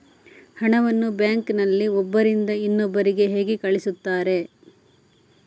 ಹಣವನ್ನು ಬ್ಯಾಂಕ್ ನಲ್ಲಿ ಒಬ್ಬರಿಂದ ಇನ್ನೊಬ್ಬರಿಗೆ ಹೇಗೆ ಕಳುಹಿಸುತ್ತಾರೆ?